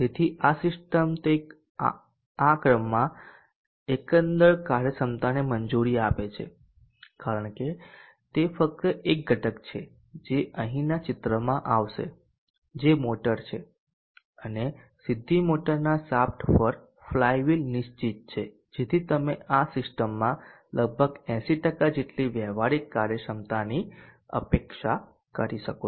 તેથી આ સિસ્ટમ તે ક્રમમાં એકંદર કાર્યક્ષમતાને મંજૂરી આપે છે કારણ કે તે ફક્ત એક ઘટક છે જે અહીંના ચિત્રમાં આવશે જે મોટર છે અને સીધી મોટરના શાફ્ટ પર ફ્લાયવિલ નિશ્ચિત છે જેથી તમે આ સિસ્ટમમાં લગભગ 80 જેટલી વ્યવહારિક કાર્યક્ષમતાની અપેક્ષા કરી શકો